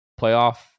playoff